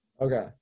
Okay